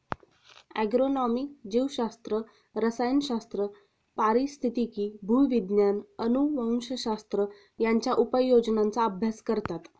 agronomy जीवशास्त्र, रसायनशास्त्र, पारिस्थितिकी, भूविज्ञान, अनुवंशशास्त्र यांच्या उपयोजनांचा अभ्यास करतात